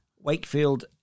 Wakefield